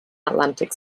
atlantic